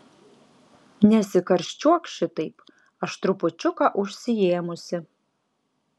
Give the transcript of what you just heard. nesikarščiuok šitaip aš trupučiuką užsiėmusi